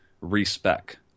respec